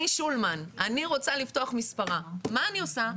אני שולמן, אני רוצה לפתוח מספרה, מה אני עושה?